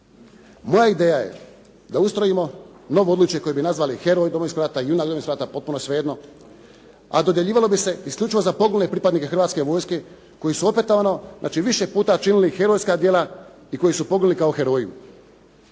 Moja ideja je da ustrojimo novo odličje koje bi nazvali "Heroj Domovinskog rata", "Junak Domovinskog rata", potpuno svejedno, a dodjeljivalo bi se isključivo za poginule pripadnike Hrvatske vojske koji su opetovano, znači više puta činili herojska djela i koji su poginuli kao heroji.